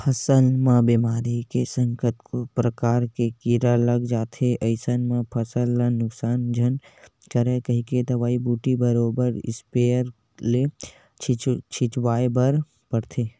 फसल म बेमारी के संग कतको परकार के कीरा लग जाथे अइसन म फसल ल नुकसान झन करय कहिके दवई बूटी बरोबर इस्पेयर ले छिचवाय बर परथे